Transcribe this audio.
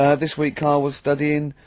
ah this week karl was studyini, ah,